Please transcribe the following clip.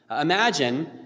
Imagine